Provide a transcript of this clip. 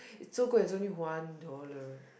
it's so good and it's only one dollar